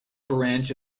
branch